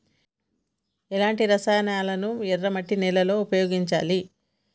ఎలాంటి రసాయనాలను ఎర్ర మట్టి నేల లో ఉపయోగించాలి?